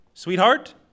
Sweetheart